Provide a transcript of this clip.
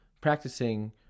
practicing